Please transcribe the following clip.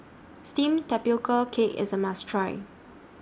Steamed Tapioca Cake IS A must Try